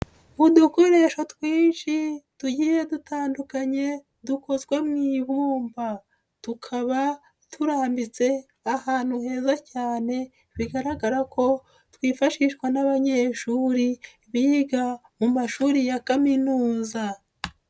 Udukoreshwa twinshi tugiye dutandukanye dukozwe mu ibumba, tukaba turambitse ahantu heza cyane bigaragara ko twifashishwa n'abanyeshuri biga mu mashuri ya kaminuza.